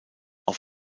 auf